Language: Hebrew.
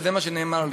שזה מה שנאמר לי.